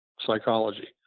psychology